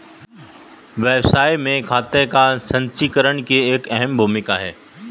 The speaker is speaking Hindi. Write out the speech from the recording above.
व्यवसाय में खाते का संचीकरण की एक अहम भूमिका है